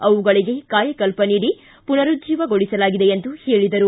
ಅವುಗಳಿಗೆ ಕಾಯಕಲ್ಪ ನೀಡಿ ಪುನರುಜ್ಜೀವಗೊಳಿಸಲಾಗಿದೆ ಎಂದರು